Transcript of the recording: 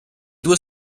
due